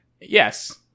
Yes